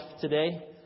today